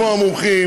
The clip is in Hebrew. כבוד היושב-ראש,